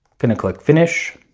gonna click finish.